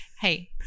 Hey